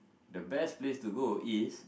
the best place to go is